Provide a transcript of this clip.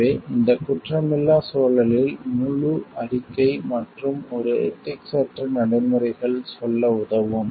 எனவே இந்த குற்றமில்லா சூழலில் முழு அறிக்கை மற்றும் ஒரு எதிக்ஸ்யற்ற நடைமுறைகள் சொல்ல உதவும்